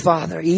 Father